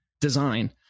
design